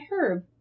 Herb